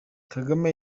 kagame